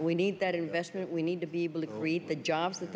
we need that investment we need to be able to create the jobs that